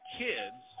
kids